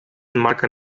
enmarca